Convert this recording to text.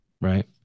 right